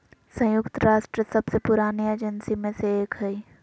संयुक्त राष्ट्र सबसे पुरानी एजेंसी में से एक हइ